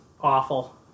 awful